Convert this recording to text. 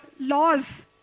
laws